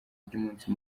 ry’umunsi